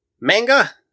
Manga